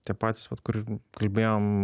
tie patys vat kur ir kalbėjom